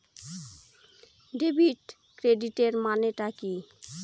Debit ক্রেডিটের মানে টা কি?